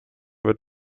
wird